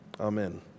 Amen